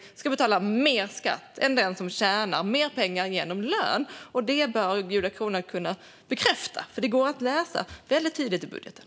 De ska betala mer skatt än den som tjänar mer pengar genom lön. Det bör Julia Kronlid kunna bekräfta. Det går att läsa väldigt tydligt i budgeten.